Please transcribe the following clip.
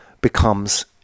becomes